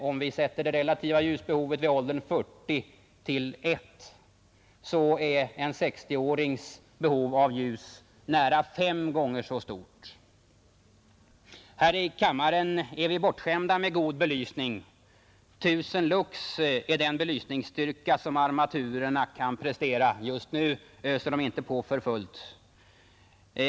Om vi sätter det relativa ljusbehovet till 1 vid åldern 40, så är en 60-årings behov av ljus nära fem gånger så stort. Här i kammaren är vi bortskämda med god belysning. 1 000 lux är den belysningsstyrka som armaturerna kan prestera — just nu öser de inte på för fullt.